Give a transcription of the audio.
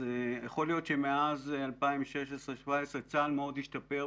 יכול להיות שמאז 2017-2016 צבא הגנה לישראל מאוד השתפר,